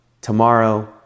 tomorrow